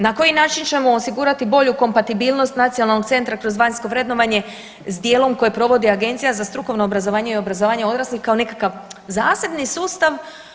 Na koji način ćemo osigurati bolju kompatibilnost nacionalnog centra kroz vanjsko vrednovanje s dijelom koje provodi Agencija za strukovno obrazovanje i obrazovanje odraslih kao nekakav zasebni sustav?